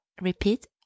repeat